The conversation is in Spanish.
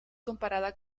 comparada